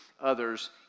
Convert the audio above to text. others